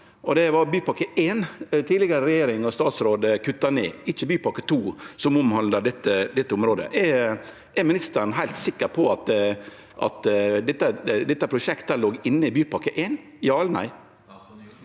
Det var Bypakke 1 tidlegare regjering og statsråd kutta i, ikkje Bypakke 2, som omhandlar dette området. Er ministeren heilt sikker på at dette prosjektet har lege inne i Bypakke 1 – ja eller nei?